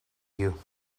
you